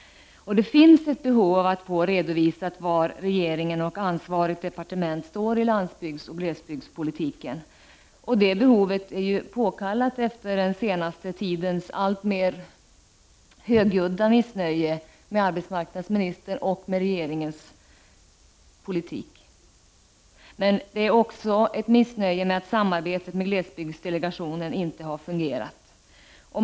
Det finns ett behov av att få redovisat var regeringen och ansvarigt departement står i landsbygdsoch glesbygdspolitiken. Behovet är påkallat efter den senaste tidens alltmer högljudda missnöje med arbetsmarknadsministerns och regeringens politik men också med att samarbetet med glesbygdsdelegationen inte har fungerat.